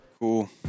Cool